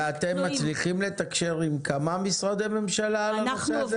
ואתם מצליחים לתקשר עם כמה משרדי ממשלה על הנושא הזה?